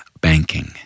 banking